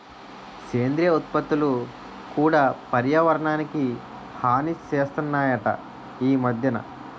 సేంద్రియ ఉత్పత్తులు కూడా పర్యావరణానికి హాని సేస్తనాయట ఈ మద్దెన